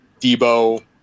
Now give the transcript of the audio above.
Debo